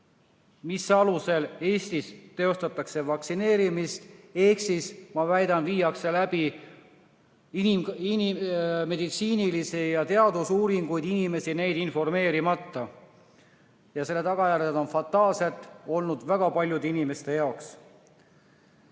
mille alusel Eestis teostatakse vaktsineerimist ehk, ma väidan, viiakse läbi meditsiinilisi ja teadusuuringuid inimesi informeerimata. Selle tagajärjed on fataalsed olnud väga paljude inimeste jaoks.